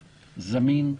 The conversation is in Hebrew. זמין,